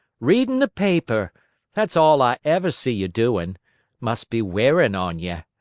readin' the paper that's all i ever see ye doin'. must be wearin' on ye.